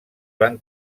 van